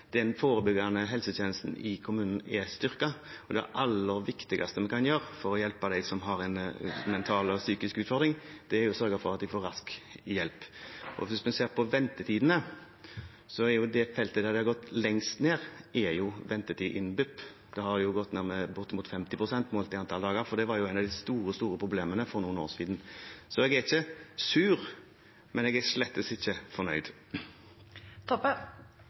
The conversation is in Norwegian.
Den forebyggende helsetjenesten i kommunen er styrket, men det aller viktigste vi kan gjøre for å hjelpe dem som har en mental og psykisk utfordring, er å sørge for at de får rask hjelp. Hvis vi ser på ventetidene, er BUP det feltet der ventetidene har gått mest ned, bortimot 50 pst. målt i antall dager, og det var jo et av de store, store problemene for noen år siden. Så jeg er ikke «sur», men jeg er slettes ikke fornøyd.